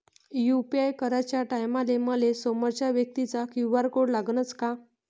UPI कराच्या टायमाले मले समोरच्या व्यक्तीचा क्यू.आर कोड लागनच का?